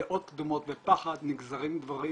דעות קדומות ופחד נגזרים דברים